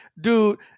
dude